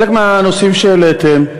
חלק מהנושאים שהעליתם,